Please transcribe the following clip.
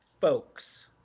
folks